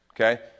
okay